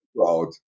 out